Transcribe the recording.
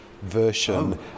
Version